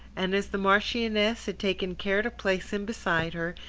and as the marchioness had taken care to place him beside her,